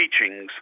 teachings